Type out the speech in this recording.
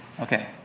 Okay